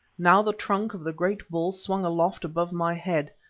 now the trunk of the great bull swung aloft above my head.